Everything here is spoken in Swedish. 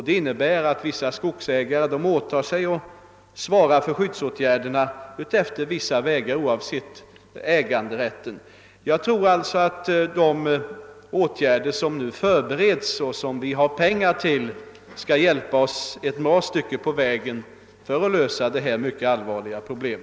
Det innebär att vissa skogsägare åtar sig att svara för skyddsåtgärderna utefter vissa vägar, oavsett äganderätten till marken. De åtgärder som nu förbereds och som det finns pengar till tror jag skall hjälpa oss ett bra stycke på vägen för att lösa dessa mycket allvarliga problem.